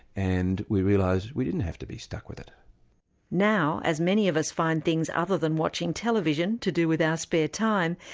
and we realised we didn't have to be stuck with it now, as many of us find things other than watching television to do with our spare time,